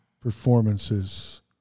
performances